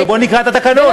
בואי נקרא את התקנון.